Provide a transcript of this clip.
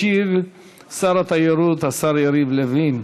ישיב שר התיירות יריב לוין.